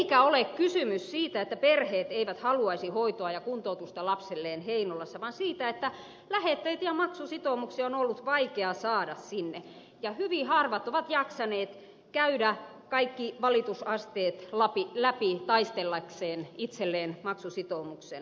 eikä ole kysymys siitä että perheet eivät haluaisi hoitoa ja kuntoutusta lapselleen heinolassa vaan siitä että lähetteitä ja maksusitoumuksia on ollut vaikea saada sinne ja hyvin harvat ovat jaksaneet käydä kaikki valitusasteet läpi taistellakseen itselleen maksusitoumuksen hoitoon